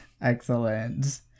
Excellent